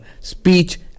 speech